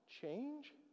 change